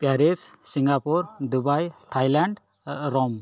Paris Singapore Dubai Thailand Rome